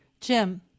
Jim